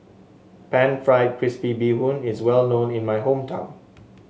pan fried crispy Bee Hoon is well known in my hometown